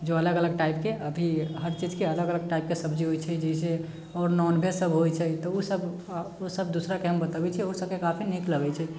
जो अलग अलग टाइपके अभी हर चीज के अलग अलग टाइपके सब्जी होइ छै जाहिसे आओर नॉनवेज सब होइ छै तऽ ओसब दूसरा के हम बतबै छी ओसबके काफी नीक लगै छै